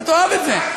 אתה תאהב את זה.